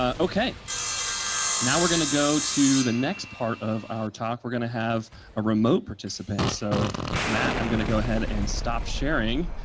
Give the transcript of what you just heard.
ah now we're going to go to the next part of our talk. we're going to have a remote participant. so matt, i'm going to go ahead and stop sharing.